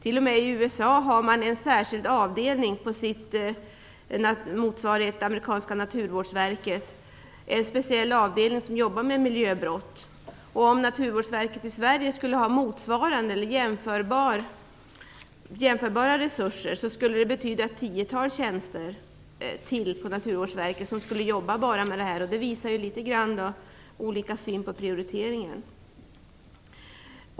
I USA har man t.o.m. en särskild avdelning på den amerikanska motsvarigheten till Om Naturvårdsverket skulle ha jämförbara resurser skulle det betyda ytterligare ett tiotal tjänster på Naturvårdsverket för personer som bara skall jobba med dessa frågor. Det visar litet grand hur olika man prioriterar.